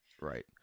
Right